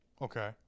Okay